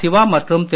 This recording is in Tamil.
சிவா மற்றும் திரு